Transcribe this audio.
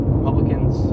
Republicans